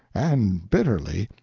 and bitterly,